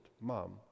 mom